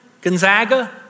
Gonzaga